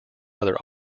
other